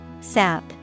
Sap